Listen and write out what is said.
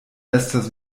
estas